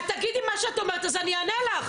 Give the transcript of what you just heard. תגידי מה שאת אומרת, אז אני אענה לך.